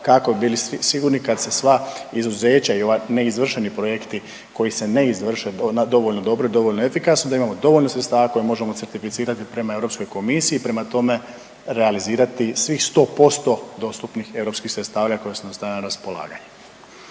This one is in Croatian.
kako bi bili sigurni kad se sva izuzeća i ovi neizvršeni projekti koji se ne izvrše dovoljno dobro i dovoljno efikasno da imamo dovoljno sredstava koje možemo certificirati prema Europskoj komisiji, prema tome realizirati svih sto posto dostupnih europskih sredstava koja su nam stavljena na raspolaganje.